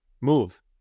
move